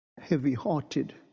Heavy-hearted